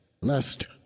lest